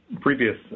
previous